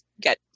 get